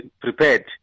prepared